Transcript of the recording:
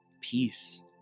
peace